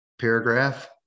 paragraph